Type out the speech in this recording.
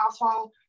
household